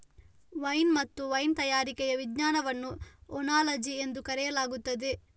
wine ಮತ್ತು wine ತಯಾರಿಕೆಯ ವಿಜ್ಞಾನವನ್ನು ಓನಾಲಜಿ ಎಂದು ಕರೆಯಲಾಗುತ್ತದೆ